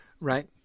right